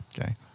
Okay